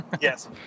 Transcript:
Yes